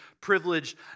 privileged